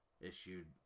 issued